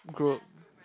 group